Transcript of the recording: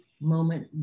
moment